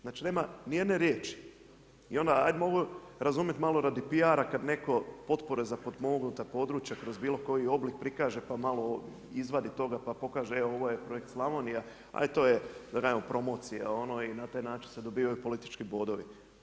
Znači nema nijedne riječi i onda ajde mogu razumjeti malo radi PR-a kad netko potpore za potpomognuta područja kroz bilokoji oblik prikaže pa malo izvadi toga pa pokaže e vo ovo je projekt Slavonija, da kažemo ovo je promocija i na taj način se dobivaju politički bodovi.